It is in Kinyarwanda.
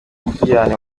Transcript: tujyana